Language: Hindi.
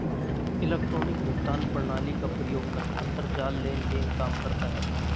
इलेक्ट्रॉनिक भुगतान प्रणाली का प्रयोग कर अंतरजाल लेन देन काम करता है